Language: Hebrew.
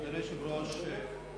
בבקשה,